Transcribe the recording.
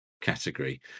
category